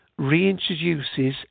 reintroduces